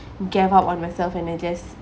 gave up on myself and I just